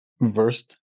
versed